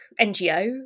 NGO